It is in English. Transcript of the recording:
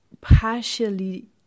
partially